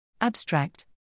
Abstract